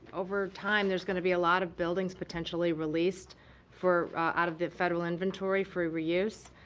over time there's going to be a lot of buildings potentially released for out of the federal inventory for reuse.